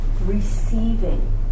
receiving